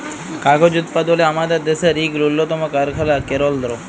কাগজ উৎপাদলে আমাদের দ্যাশের ইক উল্লতম কারখালা কেলদ্র